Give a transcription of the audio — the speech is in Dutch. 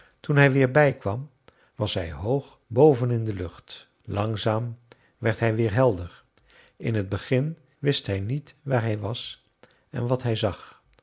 toen hij weer bijkwam was hij hoog boven in de lucht langzaam werd hij weer helder in het begin wist hij niet waar hij was en wat hij zag